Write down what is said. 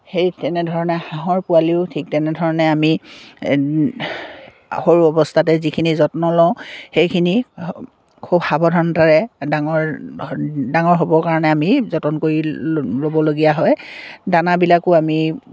সেই তেনেধৰণে হাঁহৰ পোৱালিও ঠিক তেনেধৰণে আমি সৰু অৱস্থাতে যিখিনি যত্ন লওঁ সেইখিনি খুব সাৱধানতাৰে ডাঙৰ ডাঙৰ হ'বৰ কাৰণে আমি যতন কৰি ল'বলগীয়া হয় দানাবিলাকো আমি